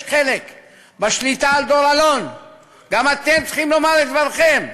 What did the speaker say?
חלק בשליטה על "דור אלון"; גם אתם צריכים לומר את דברכם.